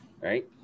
right